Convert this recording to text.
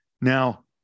Now